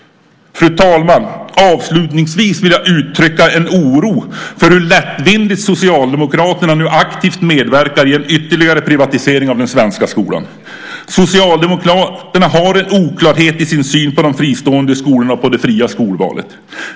Fru talman! Avslutningsvis vill jag uttrycka en oro för hur lättvindigt Socialdemokraterna nu aktivt medverkar till en ytterligare privatisering av den svenska skolan. Socialdemokraterna har en oklarhet i sin syn på de fristående skolorna och på det fria skolvalet.